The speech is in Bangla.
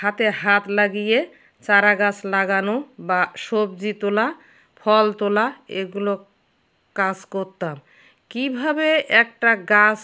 হাতে হাত লাগিয়ে চারা গাছ লাগানো বা সবজি তোলা ফল তোলা এগুলো কাছ করতাম কীভাবে একটা গাছ